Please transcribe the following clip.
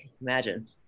imagine